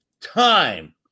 time